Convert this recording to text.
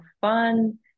fun